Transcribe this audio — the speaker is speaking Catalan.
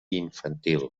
infantil